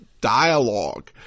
dialogue